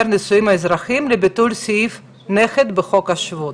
נישואים אזרחיים לבין ביטול סעיף הנכד בחוק השבות.